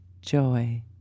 joy